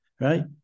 right